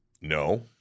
no